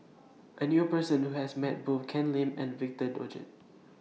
I knew A Person Who has Met Both Ken Lim and Victor Doggett